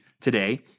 today